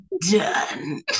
done